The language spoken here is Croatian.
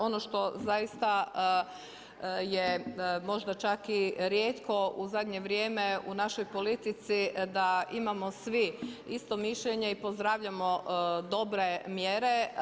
Ono što zaista je možda čak i rijetko u zadnje vrijeme u našoj politici da imamo svi isto mišljenje i pozdravljamo dobre mjere.